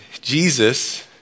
Jesus